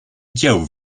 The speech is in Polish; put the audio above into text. dzieł